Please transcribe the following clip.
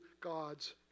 God's